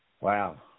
Wow